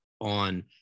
on